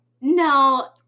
No